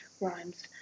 rhymes